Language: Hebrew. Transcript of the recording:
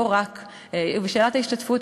שאלת ההשתתפות,